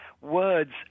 words